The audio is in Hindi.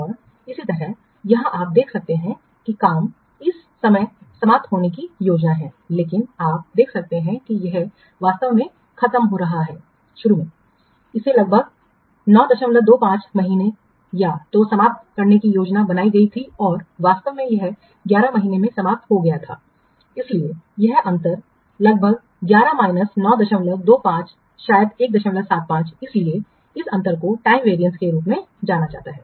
और इसी तरह यहां आप देख सकते हैं कि काम इस समय समाप्त होने की योजना है लेकिन आप देख सकते हैं कि यह वास्तव में खत्म हो रहा है शुरू में इसे लगभग 925 महीने या तो समाप्त करने की योजना बनाई गई थी और वास्तव में यह 11 महीने में समाप्त हो गया था इसलिए यह अंतर लगभग 11 माइनस 925 शायद 175 इसलिए इस अंतर को टाइम वेरियंस के रूप में जाना जाता है